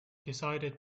decided